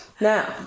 now